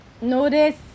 Notice